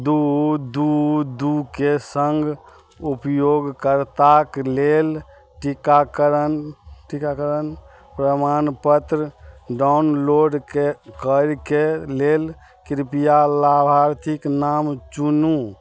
दुइ दुइ दुइके सङ्ग उपयोगकर्ताके लेल टीकाकरण टीकाकरण प्रमाणपत्र डाउनलोड करैके लेल कृपया लाभार्थीके नाम चुनू